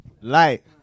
Light